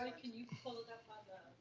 can you pull it up on the